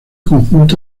conjunto